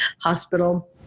hospital